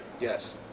yes